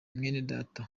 mwenedata